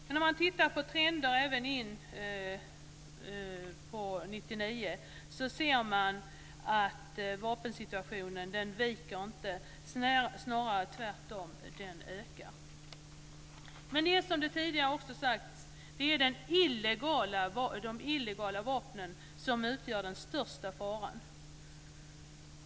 Men om man tittar på trenden för 1999 ser man att den inte viker, snarare tvärtom. Det är de illegala vapnen som utgör den största faran.